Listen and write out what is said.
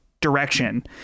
direction